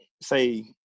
say